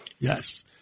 yes